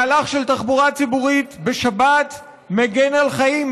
מהלך של תחבורה ציבורית בשבת מגן על חיים,